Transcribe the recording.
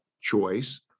choice